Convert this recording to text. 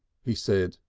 he said,